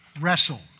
wrestle